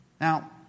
Now